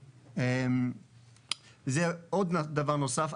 עוד דבר נוסף,